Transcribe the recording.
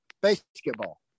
Basketball